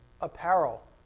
apparel